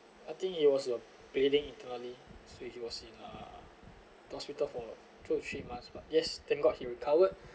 I think he was of bleeding internally so he was in uh the hospital for two to three months but yes thank god he recovered